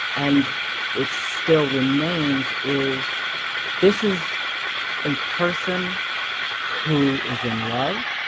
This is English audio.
and it still remains, is this is a person who is in love.